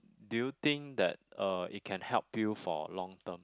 do you think that uh it can help you for long term